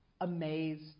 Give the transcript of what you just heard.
amazed